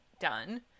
done